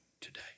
today